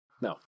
No